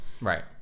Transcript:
right